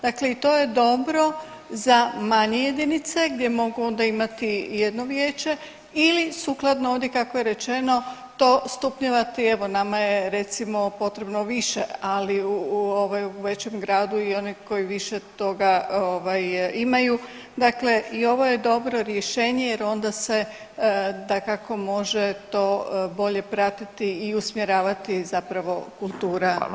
Dakle i to je dobro za manje jedinice, gdje mogu onda imati i jedno vijeće ili sukladno ovdje, kako je rečeno, to stupnjevati, evo, nama je, recimo, potrebno više, ali u ovaj, većem gradu i oni koji više toga imaju, dakle i ovo je dobro rješenje jer onda se, dakako može to bolje pratiti i usmjeravati zapravo kultura [[Upadica: Hvala.]] kako treba.